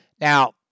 Now